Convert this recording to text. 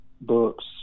books